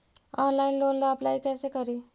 Online loan ला apply कैसे करी?